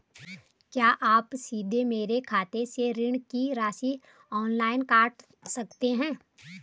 क्या आप सीधे मेरे खाते से ऋण की राशि ऑनलाइन काट सकते हैं?